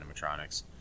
animatronics